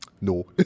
no